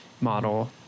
model